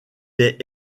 est